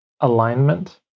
alignment